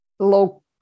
low